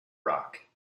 rock